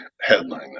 headline